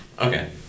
Okay